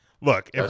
Look